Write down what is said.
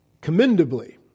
Commendably